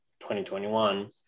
2021